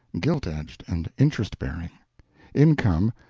gilt-edged and interest-bearing. income,